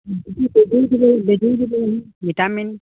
বেজীও দিব পাৰিম ভিটামিন